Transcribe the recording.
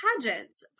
pageants